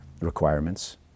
requirements